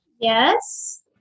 Yes